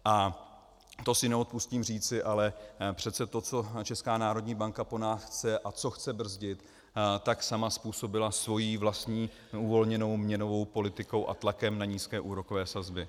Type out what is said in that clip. A to si neodpustím říci, ale přece to, co Česká národní banka po nás chce a co chce brzdit, sama způsobila svou vlastní uvolněnou měnovou politikou a tlakem na nízké úrokové sazby.